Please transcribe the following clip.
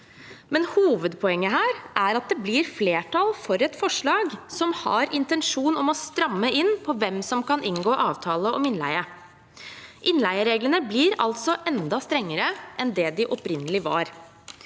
Men hovedpoenget her er at det blir flertall for et forslag som har intensjon om å stramme inn på hvem som kan inngå avtale om innleie. Innleiereglene blir altså enda strengere enn det de opprinnelig var.